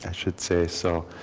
and should say. so